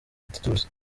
titus